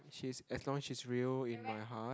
she's as long as she's real in my heart